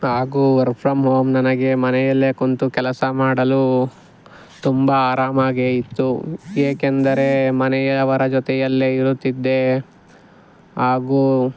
ಹಾಗೂ work from home ನನಗೆ ಮನೆಯಲ್ಲೇ ಕುಳ್ತು ಕೆಲಸ ಮಾಡಲು ತುಂಬ ಆರಾಮಾಗೇ ಇತ್ತು ಏಕೆಂದರೆ ಮನೆಯವರ ಜೊತೆಯಲ್ಲೆ ಇರುತ್ತಿದ್ದೆ ಹಾಗೂ